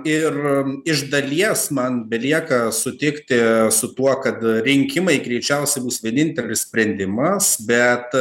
ir iš dalies man belieka sutikti su tuo kad rinkimai greičiausiai bus vienintelis sprendimas bet